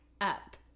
up